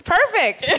Perfect